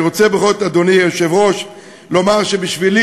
אני רוצה בכל זאת, אדוני היושב-ראש, לומר שבשבילי,